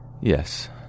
Yes